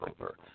over